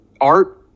art